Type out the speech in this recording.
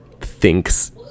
thinks